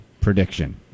prediction